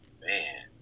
man